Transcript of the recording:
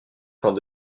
temps